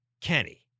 Kenny